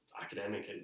academic